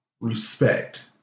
respect